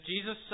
Jesus